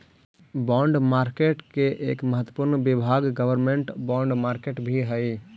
bond market के एक महत्वपूर्ण विभाग गवर्नमेंट बॉन्ड मार्केट भी हइ